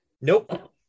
Nope